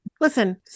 Listen